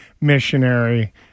missionary